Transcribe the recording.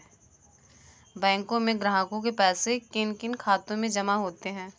बैंकों में ग्राहकों के पैसे किन किन खातों में जमा होते हैं?